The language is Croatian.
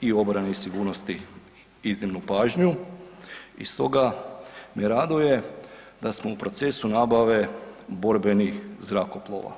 i obrani sigurnosti iznimnu pažnju i stoga me raduje da smo u procesu nabave borbenih zrakoplova.